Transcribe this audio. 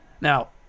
Now